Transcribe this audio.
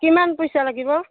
কিমান পইচা লাগিব